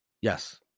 yes